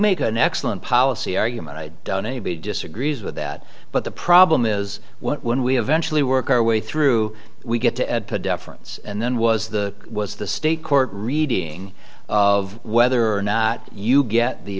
make an excellent policy argument i don't anybody disagrees with that but the problem is when we eventually work our way through we get to a deference and then was the was the state court reading of whether or not you get the